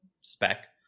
spec